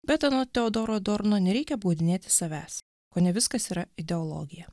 bet anot teodoro dorno nereikia apgaudinėti savęs kone viskas yra ideologija